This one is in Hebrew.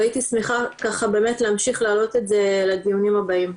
והייתי שמחה באמת להמשיך ולהעלות את זה לדיונים הבאים.